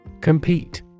Compete